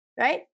right